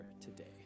today